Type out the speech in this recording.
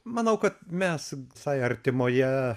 manau kad mes visai artimoje